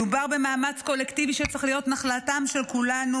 מדובר במאמץ קולקטיבי שצריך להיות נחלת כולנו,